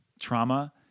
trauma